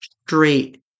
straight